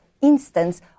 instance